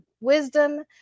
wisdom